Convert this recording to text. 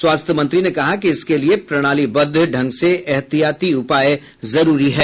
स्वास्थ्य मंत्री ने कहा कि इसके लिए प्रणालीबद्ध ढंग से एहतियाती उपाय जरूरी हैं